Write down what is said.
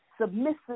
submissive